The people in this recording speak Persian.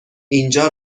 اینجا